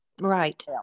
right